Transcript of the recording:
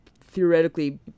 theoretically